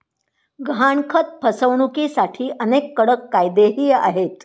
गहाणखत फसवणुकीसाठी अनेक कडक कायदेही आहेत